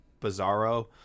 bizarro